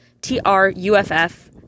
T-R-U-F-F